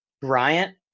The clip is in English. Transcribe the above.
Bryant